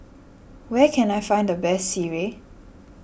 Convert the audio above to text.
where can I find the best Sireh